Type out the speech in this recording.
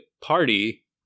party